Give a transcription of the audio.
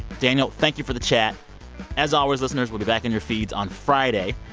daniel, thank you for the chat as always, listeners, we'll be back in your feeds on friday.